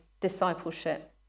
discipleship